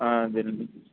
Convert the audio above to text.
journey